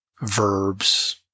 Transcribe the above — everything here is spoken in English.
verbs